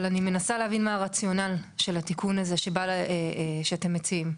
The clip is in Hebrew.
אבל אני מנסה להבין מה הרציונל של התיקון הזה שאתם מציעים.